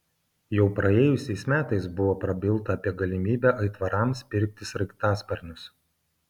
jau praėjusiais metais buvo prabilta apie galimybę aitvarams pirkti sraigtasparnius